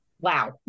wow